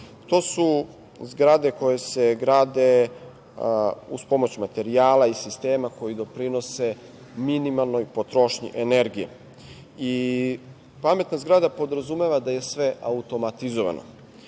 To su zgrade koje se grade uz pomoć materijala i sistema koji doprinose minimalnoj potrošnji energije. Pametna zgrada podrazumeva da je sve automatizovano.